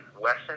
Wesson